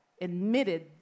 admitted